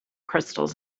crystals